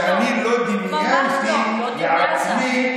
שאני לא דמיינתי לעצמי